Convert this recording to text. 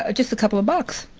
ah just a couple of books,